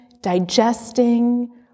digesting